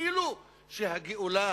וכאילו הגאולה